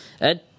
Ed